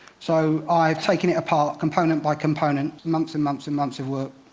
so, i've taken it apart, component by component, months and months and months of work.